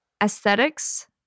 aesthetics